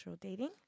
dating